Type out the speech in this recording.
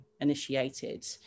initiated